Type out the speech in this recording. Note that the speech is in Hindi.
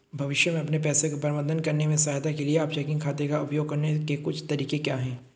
भविष्य में अपने पैसे का प्रबंधन करने में सहायता के लिए आप चेकिंग खाते का उपयोग करने के कुछ तरीके क्या हैं?